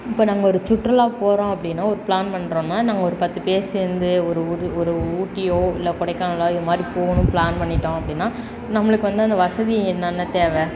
இப்போ நாங்கள் ஒரு சுற்றுலா போகிறோம் அப்படின்னா ஒரு ப்ளான் பண்ணுறோன்னா நாங்கள் ஒரு பத்து பேர் சேர்ந்து ஒரு ஒரு ஒரு ஊட்டியோ இல்லை கொடைக்கானலோ இது மாதிரி போகணும் ப்ளான் பண்ணிவிட்டோம் அப்படின்னா நம்மளுக்கு வந்து அந்த வசதி என்னென்ன தேவை